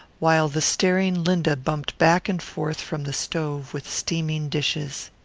while the staring linda bumped back and forth from the stove with steaming dishes.